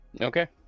Okay